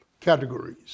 categories